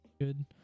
good